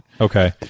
Okay